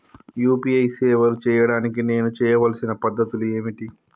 UPI సేవలు చేయడానికి నేను చేయవలసిన పద్ధతులు ఏమిటి?